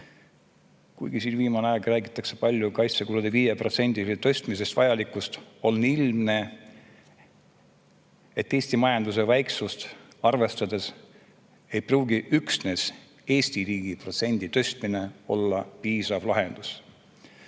Kuigi siin viimane aeg räägitakse palju kaitsekulutuste 5%-le tõstmise vajalikkusest, on ilmne, et Eesti majanduse väiksust arvestades ei pruugi üksnes Eesti riigi protsendi tõstmine olla piisav lahendus.